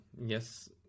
yes